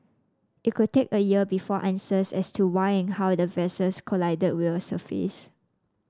it could take a year before answers as to why and how the vessels collided will surface